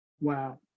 Wow